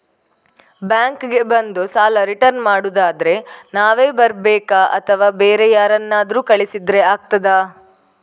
Bank ಗೆ ಬಂದು ಸಾಲ ರಿಟರ್ನ್ ಮಾಡುದಾದ್ರೆ ನಾವೇ ಬರ್ಬೇಕಾ ಅಥವಾ ಬೇರೆ ಯಾರನ್ನಾದ್ರೂ ಕಳಿಸಿದ್ರೆ ಆಗ್ತದಾ?